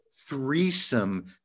threesome